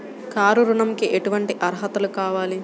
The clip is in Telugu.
కారు ఋణంకి ఎటువంటి అర్హతలు కావాలి?